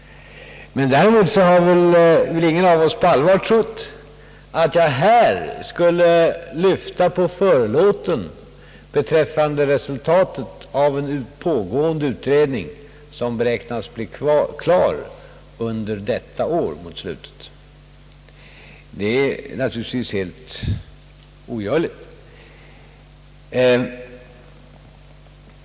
Däremot har väl ingen av oss på allvar trott att jag här skulle lyfta på förlåten beträffande resultatet av en pågående utredning som beräknas bli färdig mot slutet av detta år. Det är naturligtvis helt ogörligt.